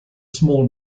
small